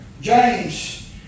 James